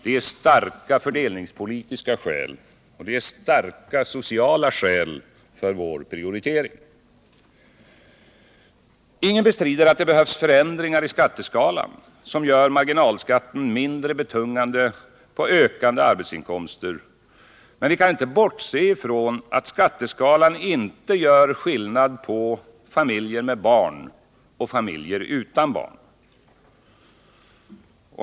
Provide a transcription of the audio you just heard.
Det är starka fördelningspolitiska och sociala skäl för vår prioritering. Ingen bestrider att det behövs förändringar i skatteskalan som gör marginalskatten mindre betungande på ökande arbetsinkomster, men vi kan inte bortse från att skatteskalan inte gör skillnad på familjer med barn och familjer utan barn.